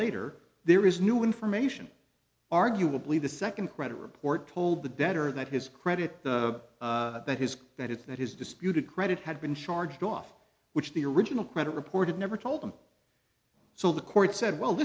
later there is new information arguably the second credit report told the debtor that his credit but his that is that his disputed credit had been charged off which the original credit report had never told them so the court said well